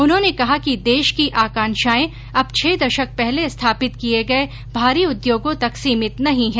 उन्होंने कहा कि देश की आकांक्षाएं अब छह दशक पहले स्थापित किए गए भारी उद्योगों तक सीमित नहीं है